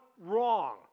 wrong